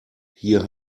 hier